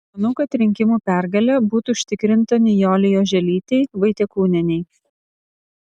manau kad rinkimų pergalė būtų užtikrinta nijolei oželytei vaitiekūnienei